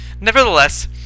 Nevertheless